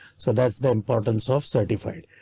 so that's the importance of certified.